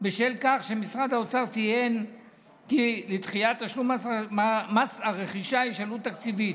בשל כך שמשרד האוצר ציין כי לדחיית תשלום מס הרכישה יש עלות תקציבית,